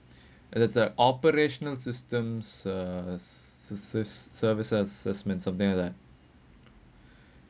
is like the operational systems uh services segments something like that